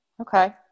Okay